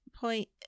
point